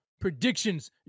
predictions